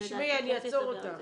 תשמעי, אני אעצור אותך.